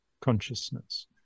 consciousness